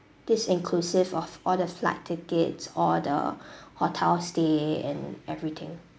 this inclusive of all the flight tickets all the hotel stay and everything